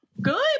good